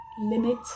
limit